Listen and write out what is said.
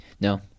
No